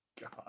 God